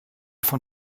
von